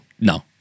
No